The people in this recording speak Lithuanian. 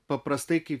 paprastai kaip